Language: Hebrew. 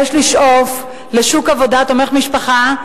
יש לשאוף לשוק עבודה תומך משפחה,